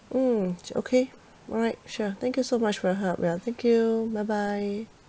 mm okay alright sure thank you so much for your help ya thank you bye bye